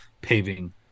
paving